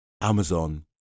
Amazon